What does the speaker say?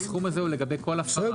הסכום הזה הוא לגבי כל הפרה.